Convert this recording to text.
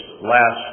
last